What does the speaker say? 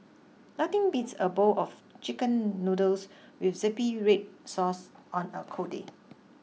nothing beats a bowl of chicken noodles with zingy red sauce on a cold day